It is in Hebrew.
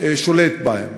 שולט בהם.